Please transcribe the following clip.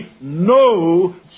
no